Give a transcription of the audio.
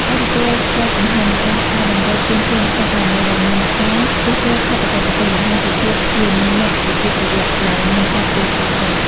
ការទទួលស្គាល់កំហុស និងការកែតម្រូវភ្លាមៗក្នុងករណីដែលមានការជួសជុលខុសបច្ចេកទេស បង្ហាញពីភាពជាអ្នកវិជ្ជាជីវៈដែលមានការទទួលខុសត្រូវ។